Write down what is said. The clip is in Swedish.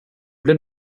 blev